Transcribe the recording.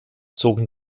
zogen